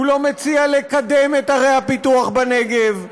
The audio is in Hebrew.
הוא לא מציע לקדם את ערי הפיתוח בנגב.